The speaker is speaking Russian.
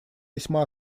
весьма